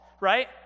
right